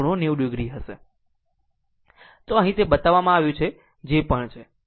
તો અહીં તે બનાવવામાં આવ્યું છે જે આ પણ છે